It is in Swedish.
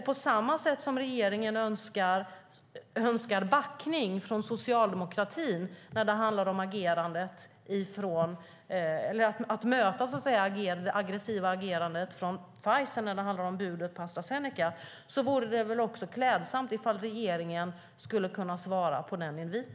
På samma sätt som regeringen önskar backning från socialdemokratin när det gäller att bemöta det aggressiva agerandet från Pfizer vid budet på Astra Zeneca vore det klädsamt att regeringen svarade på vår invit.